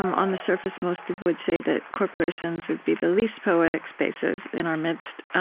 um on the surface, most people would say that corporations would be the least poetic spaces in our midst.